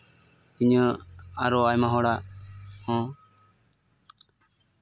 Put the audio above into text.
ᱤᱧᱟᱹᱜ ᱟᱨᱚ ᱟᱭᱢᱟ ᱦᱚᱲᱟᱜ ᱦᱚᱸ